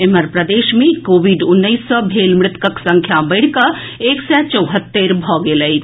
एम्हर प्रदेश मे कोविड उन्नैस सँ भेल मृतकक संख्या बढ़िकऽ एक सय चौहत्तरि भऽ गेल अछि